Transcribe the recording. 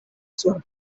sur